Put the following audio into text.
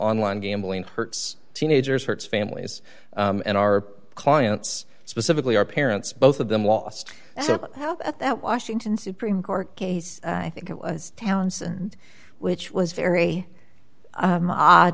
online gambling hurts teenagers hurts families and our clients specifically our parents both of them lost so at that washington supreme court case i think it was talents and which was very